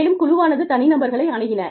மேலும் குழுவானது தனிநபர்களை அணுகின